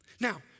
Now